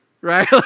Right